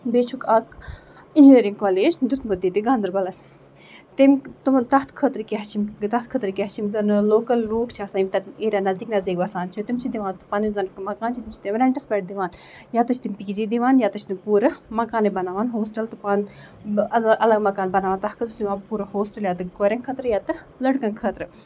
بیٚیہِ چھُکھ اکھ اِنجینیرِنگ کالج دیُتمُت ییٚتہِ گاندربَلس تٔمۍ تَتھ خٲطرٕ کیاہ چھُ تَتھ خٲطرٕ کیاہ چھُ یِمس زَن لوکل لُکھ چھِ آسان تِم تتٮ۪ن نزدیٖک نَزدیٖک بَسان چھِ تِم چھِ دِوان پَنٕنۍ زَن مکانہٕ چھِ تِم چھِ رینٹَس پٮ۪ٹھ دِوان یا چھِ تِم پی جی دِوان یا تہِ چھِ تِم پوٗرٕ مکانہٕ بَناوان ہوسٹل تہٕ پانہٕ الگ الگ مکانہٕ بَناوان تَتھ خٲطرٕ چھِ دِوان پوٗرٕ ہوسٹل یا تہِ کورٮ۪ن خٲطرٕ یا تہِ لٔڑکَن خٲطرٕ